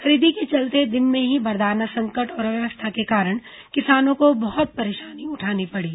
खरीदी के पहले दिन से ही बारदाना संकट और अव्यवस्था के कारण किसानों को बहुत परेशानी उठानी पड़ी